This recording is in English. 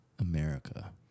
America